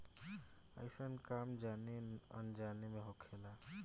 अइसन काम जाने अनजाने मे होखेला